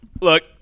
Look